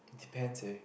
depends leh